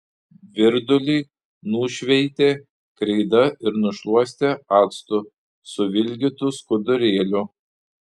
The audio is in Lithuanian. virdulį nušveitė kreida ir nušluostė actu suvilgytu skudurėliu